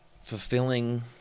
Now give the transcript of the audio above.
fulfilling